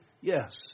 yes